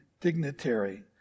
dignitary